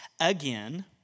again